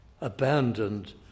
abandoned